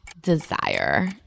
Desire